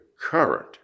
current